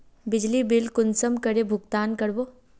बिजली बिल कुंसम करे भुगतान कर बो?